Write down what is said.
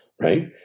right